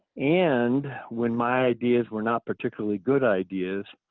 and when my ideas were not particularly good ideas,